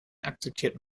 akzeptierten